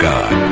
God